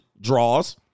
Draws